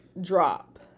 drop